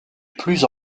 plus